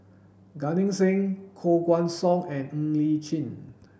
Gan Eng Seng Koh Guan Song and Ng Li Chin